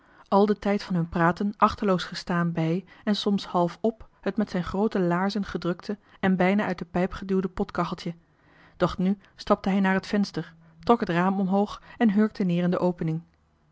al den tijd van hun praten geachteloosd om en soms half op het met zijn groote laarzen gedrukte en bijna uit de pijp geduwde potkacheltje doch nu stapte hij naar het venster trok het raam omhoog en hurkte neer in de opening